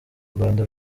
rwanda